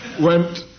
went